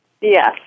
Yes